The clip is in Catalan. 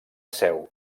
seu